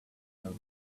her